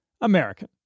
American